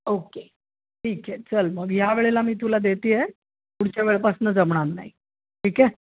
okay ठीक आहे चल मग या वेळेला मी तुला दते आहे पुढच्या वेळपासून जमणार नाही ठीक आहे